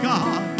God